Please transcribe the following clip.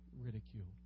ridiculed